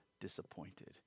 disappointed